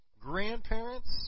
grandparents